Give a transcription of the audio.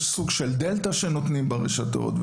יש סוג של דלתא שנותנים ברשתות,